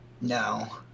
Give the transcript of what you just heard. No